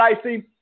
Icy